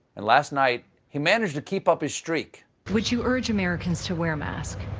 and last night he managed to keep up his streak. would you urge americans to wear masks?